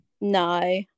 No